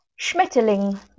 Schmetterling